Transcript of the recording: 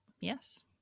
yes